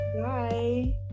bye